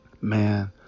Man